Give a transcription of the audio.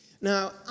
Now